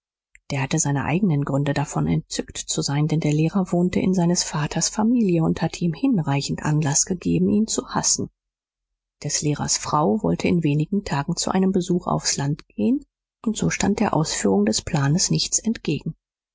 der hatte seine eigenen gründe davon entzückt zu sein denn der lehrer wohnte in seines vaters familie und hatte ihm hinreichend anlaß gegeben ihn zu hassen des lehrers frau wollte in wenigen tagen zu einem besuch aufs land gehen und so stand der ausführung des planes nichts entgegen